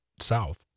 south